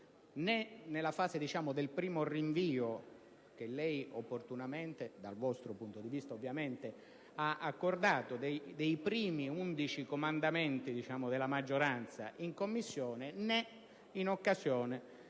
né nella fase del primo rinvio, che lei opportunamente - dal vostro punto di vista, ovviamente - ha accordato, dei primi 11 "comandamenti" della maggioranza in Commissione, né in occasione